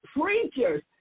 preachers